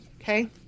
okay